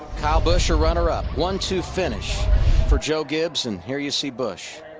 kyle busch a runner up. one two finish for joe gibbs and here you see busch.